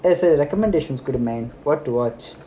there's a recommendations கொடு:kodu man what to watch